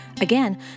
Again